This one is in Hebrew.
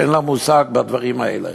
שאין לה מושג בדברים האלה.